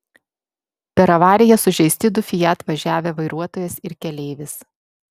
per avariją sužeisti du fiat važiavę vairuotojas ir keleivis